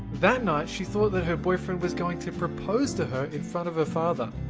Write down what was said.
that night, she thought that her boyfriend was going to propose to her in front of her father.